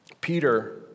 Peter